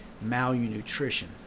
malnutrition